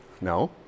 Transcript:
No